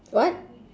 what